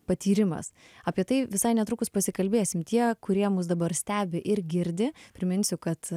patyrimas apie tai visai netrukus pasikalbėsim tie kurie mus dabar stebi ir girdi priminsiu kad